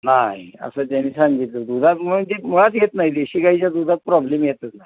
नाही असं त्यानी सांगितलं दुधातमुळे जी मुळात येत नाही देशी गाईच्या दुधात प्रॉब्लेम येतच नाही